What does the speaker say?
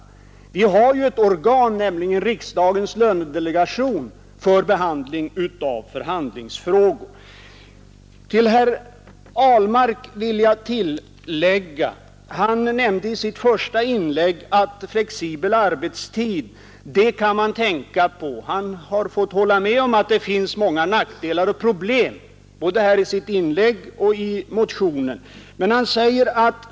Det finns ett organ, nämligen riksdagens lönedelegation, för riksdagens behandling av förhandlingsfrågor. Herr Ahlmark sade att man bör gå in för flexibel arbetstid, men han har fått hålla med om — både i sitt inlägg här och i motionen — att en sådan ordning är förenad med många nackdelar och problem.